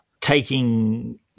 taking